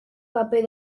paper